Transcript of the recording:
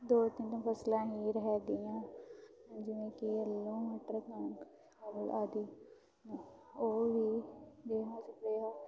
ਦੋ ਤਿੰਨ ਫਸਲਾਂ ਹੀ ਰਹਿ ਗਈਆਂ ਜਿਵੇਂ ਕਿ ਆਲੂ ਮਟਰ ਕਣਕ ਆਦ ਆਦਿ ਉਹ ਵੀ ਰੇਹਾਂ ਸਪਰੇਹਾਂ